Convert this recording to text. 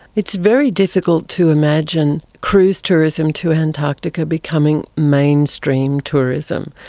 it is very difficult to imagine cruise tourism to antarctica becoming mainstream tourism.